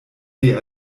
weh